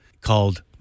called